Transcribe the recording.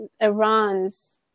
Iran's